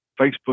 Facebook